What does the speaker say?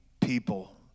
people